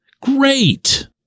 Great